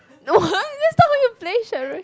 no that's not how to play charades